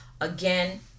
again